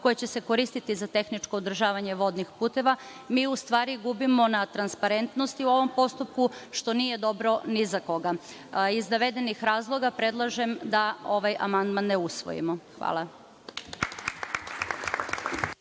koja će se koristiti za tehničko održavanje vodnih puteva, mi u stvari gubimo na transparentnosti u ovom postupku, što nije dobro ni za koga. Iz navedenih razloga, predlažem da ovaj amandman ne usvojimo. Hvala.